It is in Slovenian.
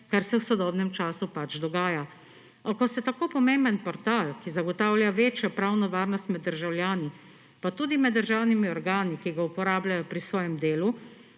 kar se v sodobnem času pač dogaja. A ko se tako pomemben portal, ki zagotavlja večjo pravno varnost med državljani, pa tudi med državnimi organi, ki ga uporabljajo pri svojem delu,